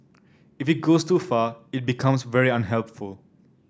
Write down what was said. if it goes too far it becomes very unhelpful